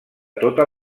tota